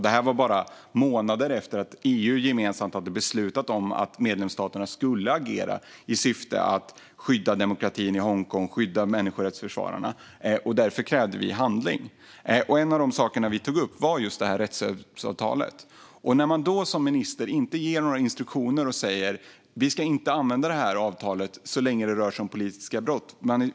Det var bara månader efter att EU gemensamt hade beslutat om att medlemsstaterna skulle agera i syfte att skydda demokratin i Hongkong och skydda människorättsförsvararna. Därför krävde vi handling. En av de saker vi tog upp var just rättshjälpsavtalet. Ministern ger inte några instruktioner. Det hade kanske varit en annan sak om man hade sagt: Vi ska inte använda det här avtalet så länge det rör sig om politiska brott.